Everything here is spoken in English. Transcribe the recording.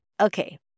Okay